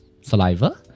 saliva